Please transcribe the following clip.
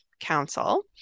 Council